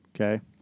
okay